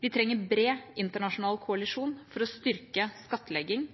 Vi trenger en bred internasjonal koalisjon for å styrke skattlegging